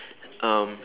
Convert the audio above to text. um